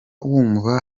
wumva